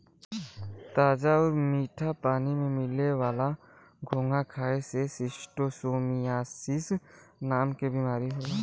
ताजा आउर मीठा पानी में मिले वाला घोंघा खाए से शिस्टोसोमियासिस नाम के बीमारी होला